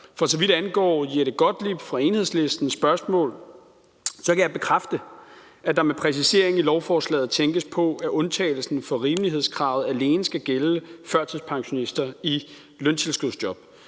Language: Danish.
fra fru Jette Gottlieb fra Enhedslisten, kan jeg bekræfte, at der med præciseringen i lovforslaget tænkes på, at undtagelsen fra rimelighedskravet alene skal gælde førtidspensionister i løntilskudsjob.